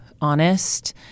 honest